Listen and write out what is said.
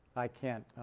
i can't